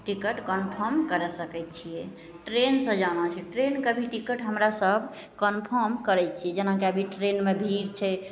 ticket confirm करै सकै छिए ट्रेनसे जाना छै ट्रेनके भी टिकट हमरासभ कन्फर्म करै छिए जेनाकि अभी ट्रेनमे भीड़ छै